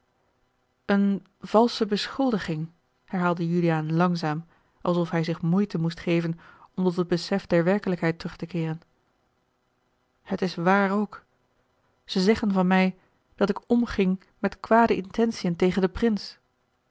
eene valsche beschuldiging herhaalde juliaan langzaam alsof hij zich moeite moest geven om tot het besef der werkelijkheid terug te keeren het is waar ook ze zeggen van mij dat ik omging met kwade intentieën tegen den prins